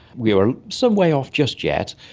we are some way off just yet,